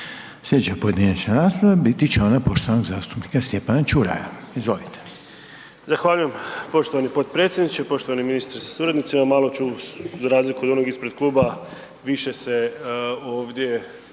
Sljedeća pojedinačna rasprava biti će ona poštovanog zastupnika Stjepana Čuraja. Izvolite. **Čuraj, Stjepan (HNS)** Zahvaljujem poštovani potpredsjedniče. Poštovani ministre sa suradnicima. Malo ću za razliku od onog ispred kluba više se ovdje